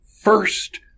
first